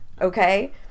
okay